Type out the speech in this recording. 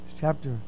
Chapter